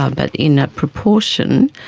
ah but in a proportion